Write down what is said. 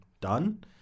done